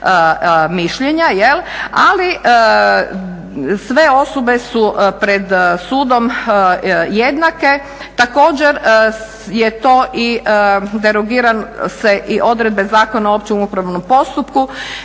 mišljenja jel', ali sve osobe su pred sudom jednake. Također je to i derogiraju se odredbe Zakona o općem upravnom postupku